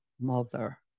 mother